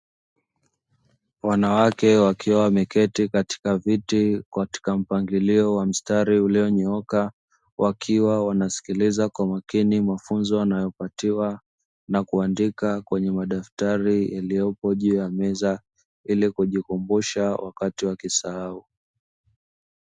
Wanawake wakiwa wameketi katika viti katika mpangilio wa mstari ulionyooka, wakiwa wanasikiliza kwa makini mafunzo wanayopatiwa na kuandika kwenye madaftari yaliyopo juu ya meza ili kujikumbusha wakati wa kisahau.